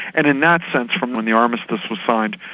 and in that sense, from when the armistice was signed,